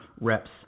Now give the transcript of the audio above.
reps